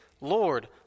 Lord